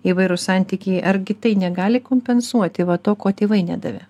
įvairūs santykiai argi tai negali kompensuoti va to ko tėvai nedavė